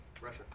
Russia